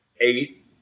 eight